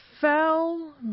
fell